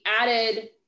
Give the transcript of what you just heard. added